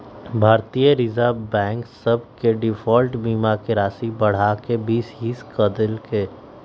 भारतीय reserve bank bank सभ के डिफॉल्ट बीमा के राशि बढ़ा कऽ बीस हिस क देल्कै